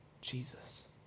Jesus